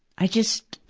i just,